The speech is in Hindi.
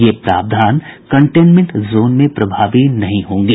ये प्रावधान कंटेनमेंट जोन में प्रभावी नहीं होंगे